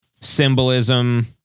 symbolism